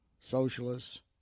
socialists